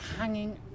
hanging